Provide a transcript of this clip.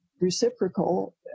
reciprocal